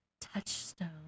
Touchstone